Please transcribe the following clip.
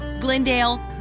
Glendale